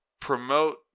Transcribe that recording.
Promote